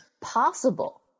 possible